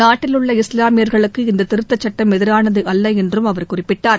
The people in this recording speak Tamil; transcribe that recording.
நாட்டில் உள்ள இஸ்லாமியர்களுக்கு இந்த திருத்தச் சுட்டம் எதிரானது அல்ல என்றும் அவர் குறிப்பிட்டார்